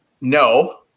no